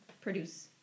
produce